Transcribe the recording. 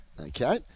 Okay